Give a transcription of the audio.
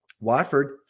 Watford